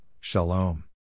shalom